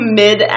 mid